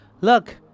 look